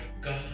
God